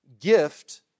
gift